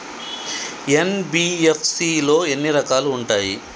NBFC లో ఎన్ని రకాలు ఉంటాయి?